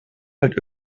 halt